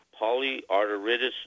polyarteritis